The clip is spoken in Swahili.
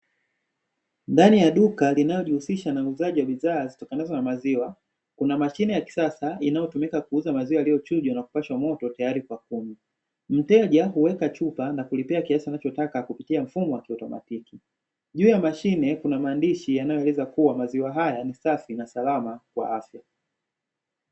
Ndani ya duka linalojihusisha na uuzaji wa bidhaa zitokanazo na maziwa, kuna mashine ya kisasa inayotumika kuuza maziwa yaliyochujwa na kupashwa moto tayari kwa kunywa, mteja huweka chupa na kulipia kiasi anachotaka kupitia mfumo wa kiautomatiki, juu ya mashine kuna maandishi yanayoeleza kuwa maziwa haya ni safi na salama kwa afya.